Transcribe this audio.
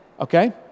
okay